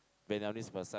Vietnamese massage